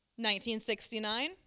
1969